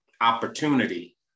opportunity